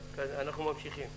נמשיך בהקראה.